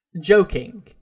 Joking